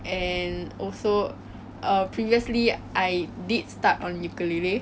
我觉得我现在的钢琴的 skills 是比较好